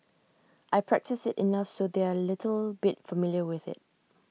I practice IT enough so they're A little bit familiar with IT